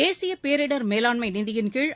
தேசிய பேரிடர் மேலாண்மை நிதியின்கீழ்